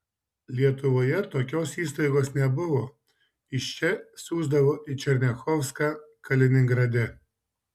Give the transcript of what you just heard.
lietuvoje tokios įstaigos nebuvo iš čia siųsdavo į černiachovską kaliningrade